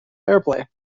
airplay